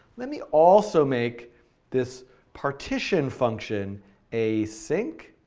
let me also make this partition function async,